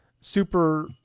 super